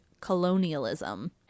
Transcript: colonialism